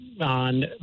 on